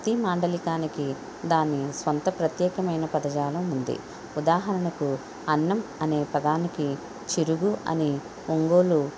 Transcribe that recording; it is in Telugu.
ప్రతీ మాండలికానికి దాని సొంత ప్రత్యేకమైన పదజాలం ఉంది ఉదాహరణకు అన్నం అనే పదానికి చిరుగు అని ఒంగోలు